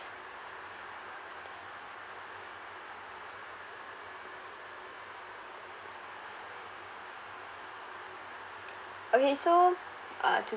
okay so uh to